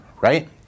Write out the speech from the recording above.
right